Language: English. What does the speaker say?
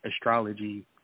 astrology